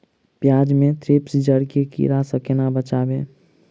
प्याज मे थ्रिप्स जड़ केँ कीड़ा सँ केना बचेबै?